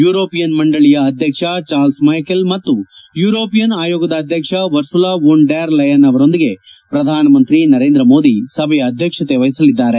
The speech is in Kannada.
ಯುರೋಪಿಯನ್ ಮಂಡಳಿಯ ಅಧ್ಯಕ್ಷ ಚಾರ್ಲ್ಸ್ ಮೈಕಲ್ ಮತ್ತು ಯುರೋಪಿಯನ್ ಆಯೋಗದ ಅಧ್ಯಕ್ಷ ಉರ್ಸುಲ ವೊನ್ ಡೆರ್ ಲೆಯನ್ ಅವರೊಂದಿಗೆ ಪ್ರಧಾನಮಂತ್ರಿ ನರೇಂದ್ರ ಮೋದಿ ಸಭೆಯ ಅಧ್ಯಕ್ಷತೆ ವಹಿಸಲಿದ್ದಾರೆ